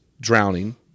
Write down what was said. drowning